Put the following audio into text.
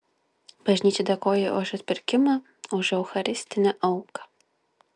bažnyčia dėkoja už atpirkimą už eucharistinę auką